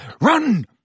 Run